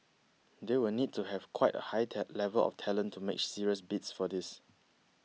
they will need to have quite a high level of talent to make serious bids for these